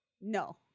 No